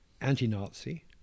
anti-Nazi